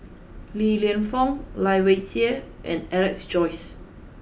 li Lienfung Lai Weijie and Alex Josey